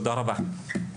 תודה רבה.